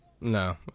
no